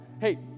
Hey